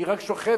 היא רק שוכבת,